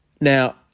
Now